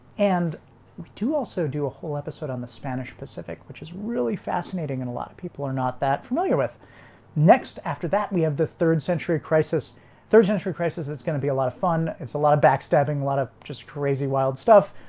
and we do also do a whole episode on the spanish pacific which is really fascinating and a lot of people are not that familiar with next after that we have the third century crisis third century crisis. it's going to be a lot of fun it's a lot of backstabbing a lot of just crazy wild stuff.